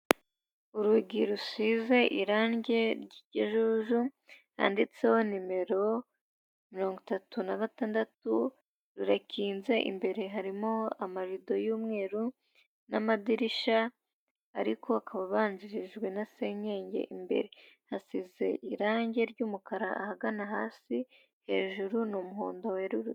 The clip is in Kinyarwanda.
Urugi rusize irange ry'ikijuju rwanditseho nimero mirongo itatu na gatandatu, rurakinze imbere harimo amarido y'umweru n'amadirisha ariko akaba ababanjirijwe na senyege imbere, hasize irangi ry'umukara ahagana hasi hejuru n'umuhondo werurutse.